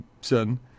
son